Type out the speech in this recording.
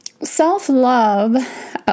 Self-love